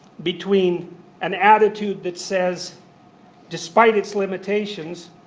between an attitude that says despite its limitations,